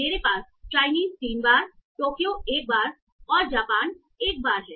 मेरे पास चाइनीस 3 बार टोक्यो एक बार और जापान एक बार है